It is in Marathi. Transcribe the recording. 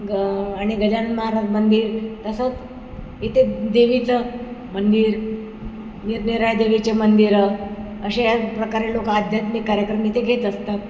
ग आणि गजानन महाराज मंदिर तसंच इथे देवीचं मंदिर निरनिराळे देवीचे मंदिरं अशा प्रकारे लोकं आध्यात्मिक कार्यक्रम इथे घेत असतात